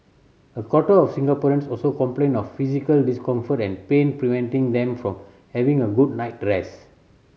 a quarter of Singaporeans also complained of physical discomfort and pain preventing them from having a good night rest